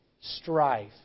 strife